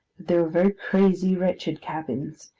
they were very crazy, wretched cabins,